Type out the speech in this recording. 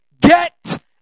Get